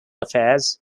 affairs